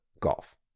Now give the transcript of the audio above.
golf